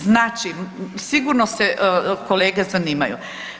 Znači, sigurno se kolege zanimaju.